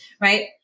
right